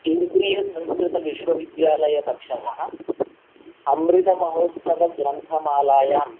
केन्द्रीयसंस्कृतविश्वविद्यालयपक्षतः अमृतमहोत्सवग्रन्थमालायां